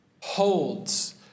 holds